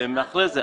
אחרי זה,